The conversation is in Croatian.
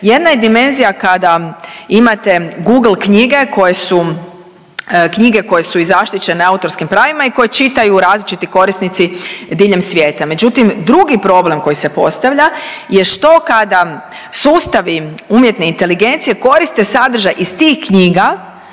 jedna je dimenzija kada imate Google knjige koje su knjige koje su i zaštićene autorskim pravima i koje čitaju različiti korisnici diljem svijeta. Međutim, drugi problem koji se postavlja je što kada sustavi umjetne inteligencije koriste sadržaje iz tih knjiga